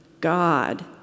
God